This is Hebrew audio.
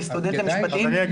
אני סטודנט למשפטים.